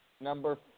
number